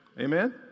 Amen